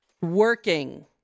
working